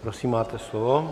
Prosím, máte slovo.